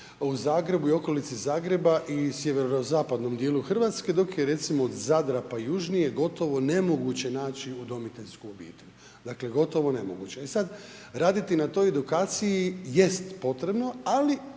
u Zagrebu i okolici Zagreba i sjeverozapadnom dijelu Hrvatske dok je recimo od Zadra pa južnije gotovo nemoguće naći udomiteljsku obitelj. Dakle gotovo nemoguće. E sad, raditi na toj edukaciji jest potrebno ali